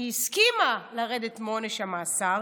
היא הסכימה לרדת מעונש המאסר